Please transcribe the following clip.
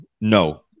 no